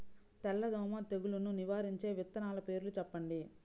తెల్లదోమ తెగులును నివారించే విత్తనాల పేర్లు చెప్పండి?